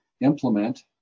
implement